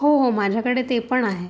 हो हो माझ्याकडे ते पण आहे